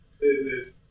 business